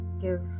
give